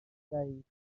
وحید